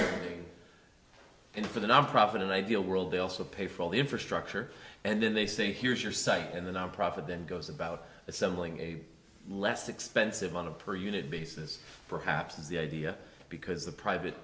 e and for the nonprofit and ideal world they also pay for all the infrastructure and then they say here's your site and the nonprofit then goes about assembling a less expensive on a per unit basis perhaps is the idea because the private